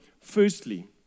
Firstly